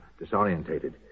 disorientated